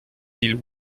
îles